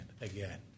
again